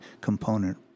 component